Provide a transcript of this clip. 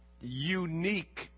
unique